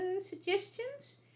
suggestions